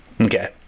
okay